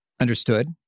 Understood